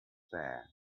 fair